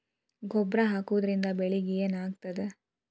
ಗೊಬ್ಬರ ಹಾಕುವುದರಿಂದ ಬೆಳಿಗ ಏನಾಗ್ತದ?